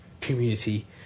community